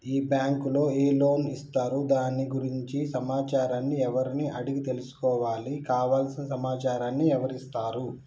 ఈ బ్యాంకులో ఏ లోన్స్ ఇస్తారు దాని గురించి సమాచారాన్ని ఎవరిని అడిగి తెలుసుకోవాలి? కావలసిన సమాచారాన్ని ఎవరిస్తారు?